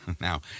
Now